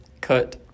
Cut